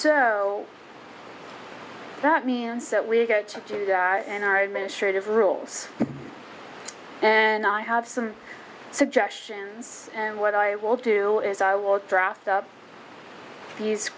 so that means that we get to do the r and r administrative rules and i have some suggestions and what i will do is i will draft up the